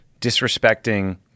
disrespecting